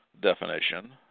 definition